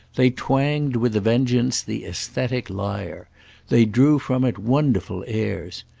they twanged with a vengeance the aesthetic lyre they drew from it wonderful airs.